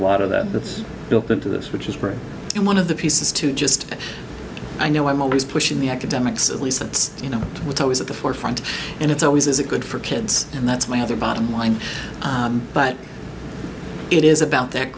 lot of that that's built into this which is great and one of the pieces to just i know i'm always pushing the academics at least that's you know what i was at the forefront and it's always is it good for kids and that's my other bottom line but it is about th